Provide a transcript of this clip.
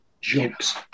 Jokes